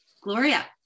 Gloria